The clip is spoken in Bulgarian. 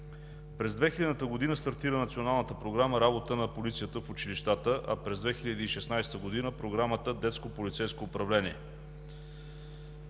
През 2000 г. стартира Националната програма „Работа на полицията в училищата“, а през 2016 г. – Програмата „Детско полицейско управление“.